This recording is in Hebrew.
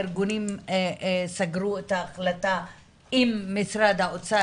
הארגונים סגרו את ההחלטה עם משרד האוצר